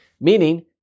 meaning